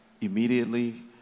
immediately